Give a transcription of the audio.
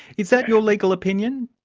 is that your legal opinion?